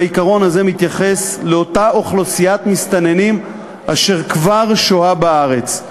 והעיקרון הזה מתייחס לאוכלוסיית המסתננים אשר כבר שוהה בארץ.